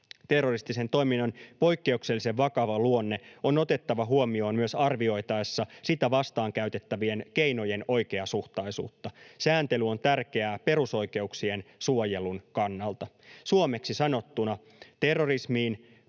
terroristisen toiminnan poikkeuksellisen vakava luonne on otettava huomioon myös arvioitaessa sitä vastaan käytettävien keinojen oikeasuhtaisuutta. Sääntely on tärkeää perusoikeuksien suojelun kannalta. Suomeksi sanottuna terrorismiin,